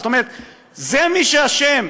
זאת אומרת, זה מי שאשם.